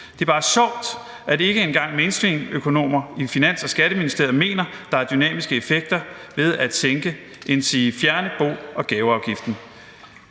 Det er bare sjovt, at ikke engang mainstreamøkonomer i Finans- og Skatteministeriet mener, der er dynamiske effekter ved at sænke endsige fjerne bo- og gaveafgiften.